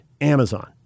Amazon